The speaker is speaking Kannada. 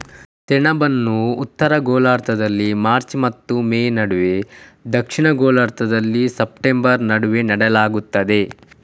ಸೆಣಬನ್ನು ಉತ್ತರ ಗೋಳಾರ್ಧದಲ್ಲಿ ಮಾರ್ಚ್ ಮತ್ತು ಮೇ ನಡುವೆ, ದಕ್ಷಿಣ ಗೋಳಾರ್ಧದಲ್ಲಿ ಸೆಪ್ಟೆಂಬರ್ ನಡುವೆ ನೆಡಲಾಗುತ್ತದೆ